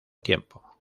tiempo